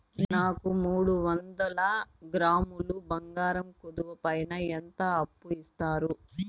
నాకు మూడు వందల గ్రాములు బంగారం కుదువు పైన ఎంత అప్పు ఇస్తారు?